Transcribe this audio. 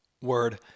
Word